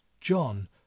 John